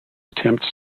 attempts